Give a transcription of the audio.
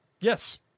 Yes